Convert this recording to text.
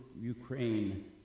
Ukraine